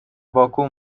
باکو